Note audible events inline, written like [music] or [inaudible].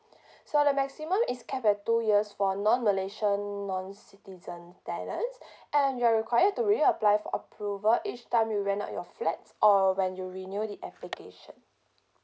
[breath] so the maximum is capped at two years for non malaysian non citizen tenants [breath] and you're required to reapply for approval each time you rent out your flats or when you renew the application